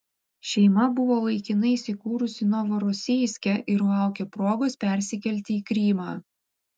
šeima buvo laikinai įsikūrusi novorosijske ir laukė progos persikelti į krymą